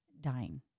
dying